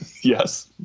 Yes